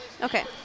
Okay